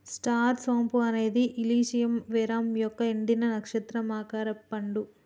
star సోంపు అనేది Illicium verum యొక్క ఎండిన, నక్షత్రం ఆకారపు పండు